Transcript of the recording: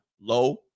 low